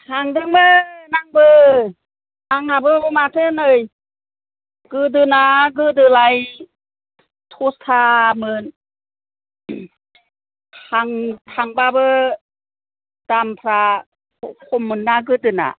थांदोंमोन आंबो आंनाबो माथो नै गोदोना गोदोलाय थर्थामोन थांबाबो दामफोरा खममोन ना गोदोनिया